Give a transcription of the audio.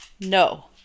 No